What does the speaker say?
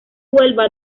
huelva